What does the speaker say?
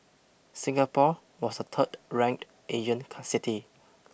Singapore was the third ranked Asian city